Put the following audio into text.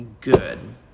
good